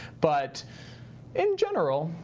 but in general,